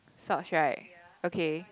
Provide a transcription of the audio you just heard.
socks right okay